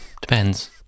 Depends